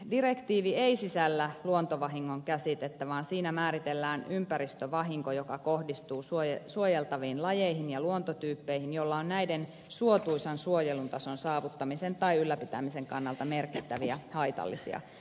direktiivi ei sisällä luontovahingon käsitettä vaan siinä määritellään ympäristövahinko joka kohdistuu suojeltaviin lajeihin ja luontotyyppeihin jolla on näiden suotuisan suojelun tason saavuttamisen tai ylläpitämisen kannalta merkittäviä haitallisia vaikutuksia